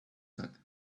that